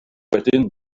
wedyn